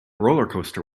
rollercoaster